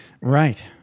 Right